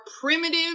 primitive